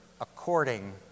according